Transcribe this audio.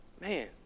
Man